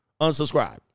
unsubscribe